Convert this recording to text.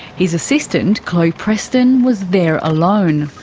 his assistant, chloe preston, was there alone.